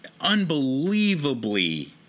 unbelievably